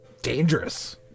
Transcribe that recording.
dangerous